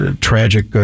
tragic